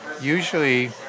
usually